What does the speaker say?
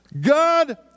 God